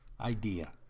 idea